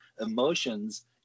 emotions